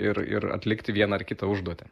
ir ir atlikti vieną ar kitą užduotį